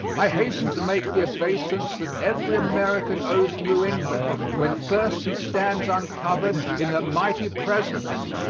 i hasten to make the obeisance that every american owes new england when first he stands uncovered in her mighty presence.